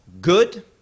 good